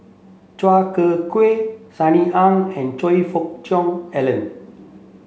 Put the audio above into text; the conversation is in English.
Chua Ek Kay Sunny Ang and Choe Fook Cheong Alan